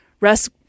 Russ